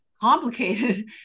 complicated